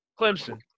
Clemson